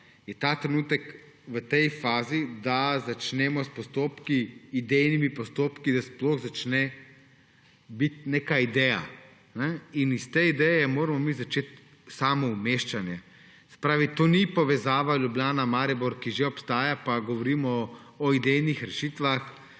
je ta trenutek v tej fazi, da začnemo z idejnimi postopki, da sploh začne biti neka ideja. Iz te ideje moramo mi začeti samo umeščanje. Se pravi, to ni povezava Ljubljana–Maribor, ki že obstaja, pa govorimo o idejnih rešitvah,